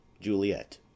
Juliet